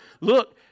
Look